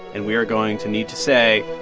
and we are going to need to say.